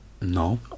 No